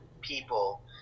people